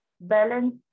balance